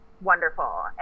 wonderful